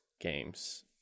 games